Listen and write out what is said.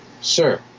Sir